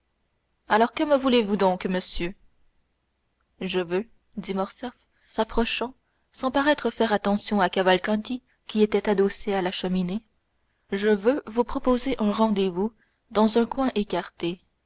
alors que me voulez-vous donc monsieur je veux dit morcerf s'approchant sans paraître faire attention à cavalcanti qui était adossé à la cheminée je veux vous proposer un rendez-vous dans un coin écarté